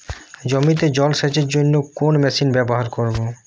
জমিতে জল সেচের জন্য কোন মেশিন ব্যবহার করব?